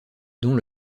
dont